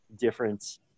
different